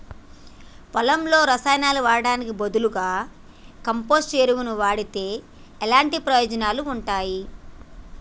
పొలంలో రసాయనాలు వాడటానికి బదులుగా కంపోస్ట్ ఎరువును వాడితే ఎలాంటి ప్రయోజనాలు ఉంటాయి?